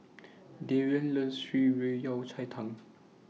Darryn loves Shan Rui Yao Cai Tang